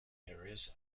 areas